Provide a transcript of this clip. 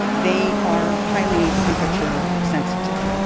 they are highly temperature sensitive.